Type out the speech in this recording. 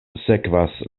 sekvas